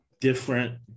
different